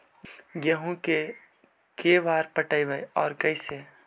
गेहूं के बार पटैबए और कैसे?